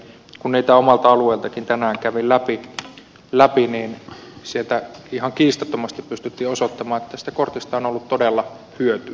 kun niitä omalta alueeltakin tänään kävin läpi niin sieltä ihan kiistattomasti pystyttiin osoittamaan että tästä kortista on ollut todella hyötyä